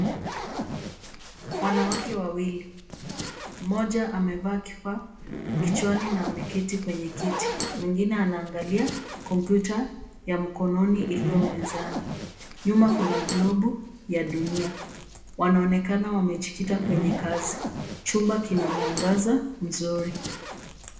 Wanawake wawili, moja amevaa kifaa kichwani na ameketi kwenye kiti, mwingine anaangalia kompyuta ya mkononi ilio mezani. Nyuma kuna klobu ya dunia, wanaonekana wamejikita kwenye kazi. Jumba kina mwangaza mzuri.